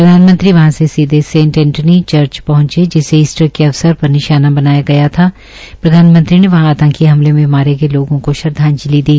प्रधानमंत्री वहां से सीधे सेंट ऐटनी चर्च पहंचे जिसे ईस्टर के अवसर पर निशाना बताया था प्रधानमंत्री ने वहां आंतकी हमले में मारे गये लोगों को श्रदवाजंलि दी